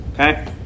Okay